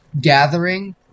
gathering